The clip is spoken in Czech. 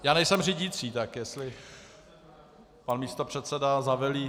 Já nejsem řídící, tak jestli pan místopředseda zavelí...